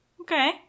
Okay